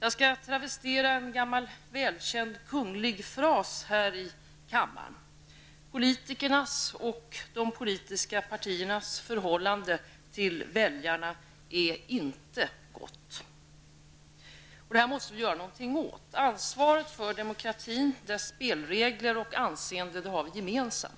Jag skall travestera en gammal välkänd kunglig fras här i kammaren: Politikernas och de politiska partiernas förhållande till väljarna är inte gott. Det måste vi göra någonting åt. Ansvaret för demokratin, dess spelregler och anseende, har vi gemensamt.